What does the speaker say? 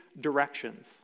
directions